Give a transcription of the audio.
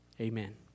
amen